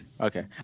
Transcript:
Okay